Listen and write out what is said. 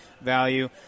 value